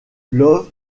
love